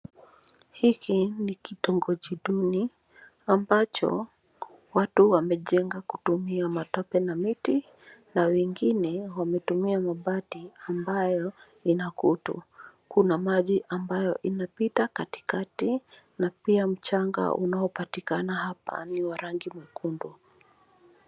Hiki ni kitongoji duni ambacho watu wamejenga kupitia matope na miti, na wengine wametumia mabati ambayo ina kutu. Kuna maji ambayo inapita katikati, na pia mchanga unaopatikana hapa ni wa rangi mwekundu.